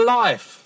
life